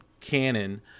canon